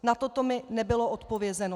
Na to mi nebylo odpovězeno.